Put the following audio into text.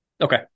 Okay